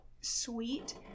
sweet